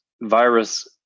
virus